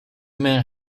men